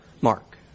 Mark